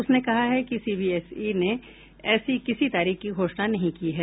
उसने कहा है कि सीबीएसई ने ऐसी किसी तारीख की घोषणा नहीं की है